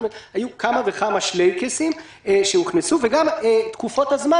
הוכנסו כמה וכמה שלייקסים וגם תקופות הזמן